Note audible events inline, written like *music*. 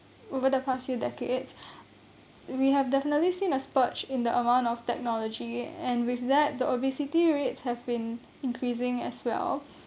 over the past few decades *breath* we have definitely seen a spurt in the amount of technology and with that the obesity rates have been increasing as well